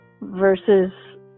versus